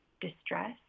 distress